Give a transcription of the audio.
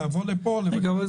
לבוא לפה כדי לבקר.